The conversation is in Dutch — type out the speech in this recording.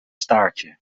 staartje